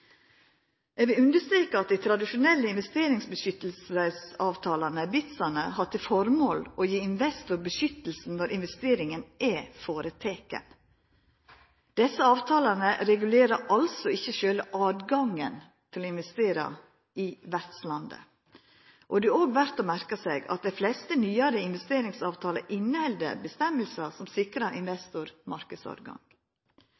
Eg vil understreka at dei tradisjonelle investeringsbeskyttelsesavtalane, BITs, har som formål å gje investor beskyttelse når investeringa er føreteken. Desse avtalane regulerer altså ikkje sjølve høvet til å investera i vertslandet. Det er òg verdt å merka seg at dei fleste nyare investeringsavtalane inneheld reglar som sikrar